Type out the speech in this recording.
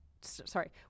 sorry